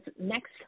next